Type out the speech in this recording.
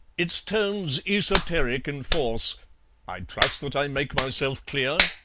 its tone's esoteric in force i trust that i make myself clear?